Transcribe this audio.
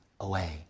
away